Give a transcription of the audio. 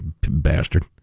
bastard